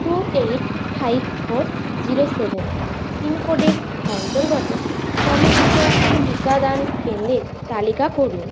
two eight five four zero seven পিনকোডের অন্তর্গত সমস্ত টিকাদান কেন্দ্রের তালিকা করুন